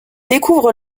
découvre